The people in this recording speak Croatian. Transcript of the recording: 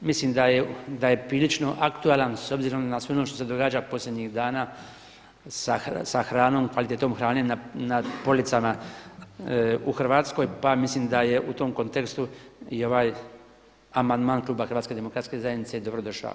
Mislim da je prilično aktualan s obzirom na sve ono što se događa posljednjih dana s hranom, kvalitetom hrane na policama u Hrvatskoj, pa mislim da je u tom kontekstu i amandman Kluba Hrvatske demokratske zajednice dobro došao.